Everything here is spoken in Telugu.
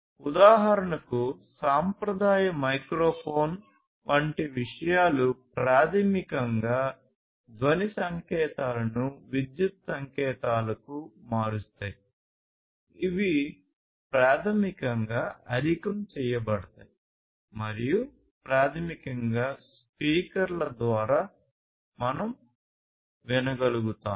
ఉదాహరణకు సాంప్రదాయ మైక్రోఫోన్ వంటి విషయాలు ప్రాథమికంగా ధ్వని సంకేతాలను మారుస్తాయి ఇవి ప్రాథమికంగా అధికంచెయ్యిబడతాయి మరియు ప్రాథమికంగా స్పీకర్ల ద్వారా మనం వినగలుగుతాము